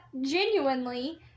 genuinely